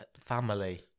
family